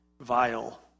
vile